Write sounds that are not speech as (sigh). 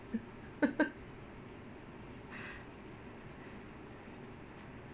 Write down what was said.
(laughs)